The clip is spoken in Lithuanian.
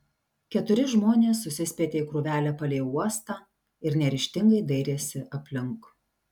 keturi žmonės susispietė į krūvelę palei uostą ir neryžtingai dairėsi aplink